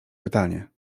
pytanie